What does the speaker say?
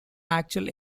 actual